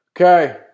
Okay